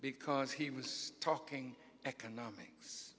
because he was talking economics